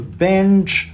binge